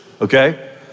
okay